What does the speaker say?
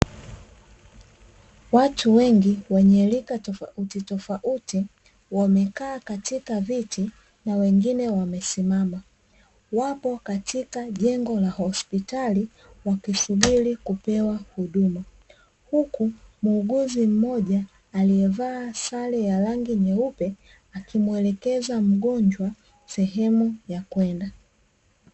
Watu wengi wenye rika tofautitofauti wamekaa katika viti na wengine wamesimama wapo katika jengo la hospitali wakisubiri kupewa huduma huku muuguzi mmoja aliyevaa sare ya rangi nyeupe akimuelekeza mgonjwa sehemu ya kuenda.